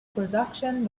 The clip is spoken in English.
production